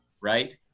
right